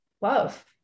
love